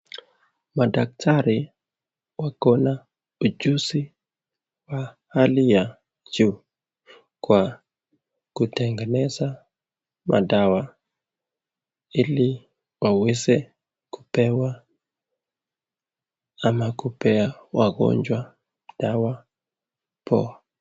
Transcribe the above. Madaktari wako na ujuzi wa hali ya juu kwa kutengeneza madawa ili waweze kupewa ama kupea wagonjwa dawa poa.